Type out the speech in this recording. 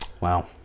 Wow